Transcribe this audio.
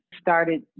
started